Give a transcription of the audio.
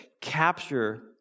capture